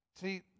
See